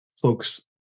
folks